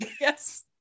Yes